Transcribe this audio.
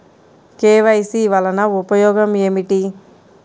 KYC వలన ఉపయోగం ఏమిటీ?